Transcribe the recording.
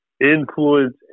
influence